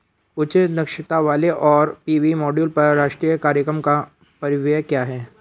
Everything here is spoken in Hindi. उच्च दक्षता वाले सौर पी.वी मॉड्यूल पर राष्ट्रीय कार्यक्रम का परिव्यय क्या है?